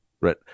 right